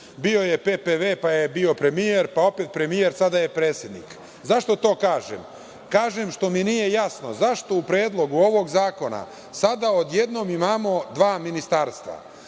Bio je p.p.v, pa je bio premijer, pa opet premijer, sada je predsednik.Zašto to kažem? Kažem što mi nije jasno zašto u Predlogu ovog zakona sada odjednom imamo dva ministarstva,